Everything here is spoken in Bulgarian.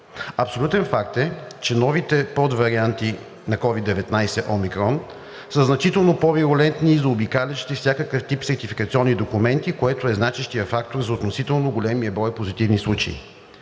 Абсолютен факт е, че новите подварианти на COVID-19 Омикрон са значително по-вирулентни и заобикалящи всякакъв тип сертификационни документи, което е значещият фактор за относително големия брой позитивни случаи.